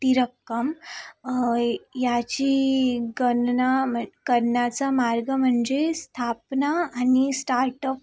ती रक्कम याची गणना मग करण्याचा मार्ग म्हणजे स्थापना आणि स्टार्टअप